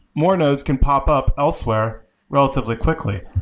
more nodes can popup elsewhere relatively quickly.